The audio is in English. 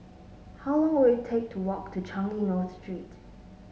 how long will it take to walk to Changi North Street